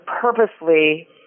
purposely